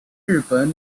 日本